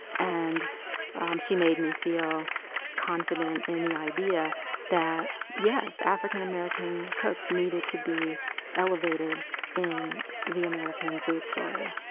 and um she made me feel confident in the idea that, yes, african american cooks needed to be elevated in the american food story.